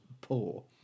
poor